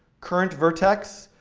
current vertex,